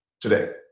today